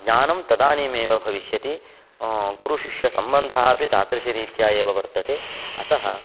ज्ञानं तदानीमेव भविष्यति गुरुशिष्यसम्बन्धः अपि तादृशरीत्या एव वर्तते अतः